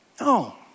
No